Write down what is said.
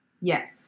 Yes